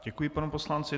Děkuji panu poslanci.